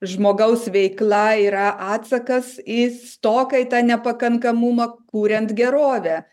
žmogaus veikla yra atsakas į stoką į tą nepakankamumą kuriant gerovę